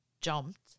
jumped